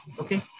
Okay